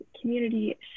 community